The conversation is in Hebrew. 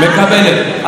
מקבלת.